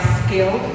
skill